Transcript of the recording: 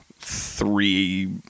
three